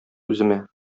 үземә